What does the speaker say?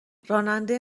راننده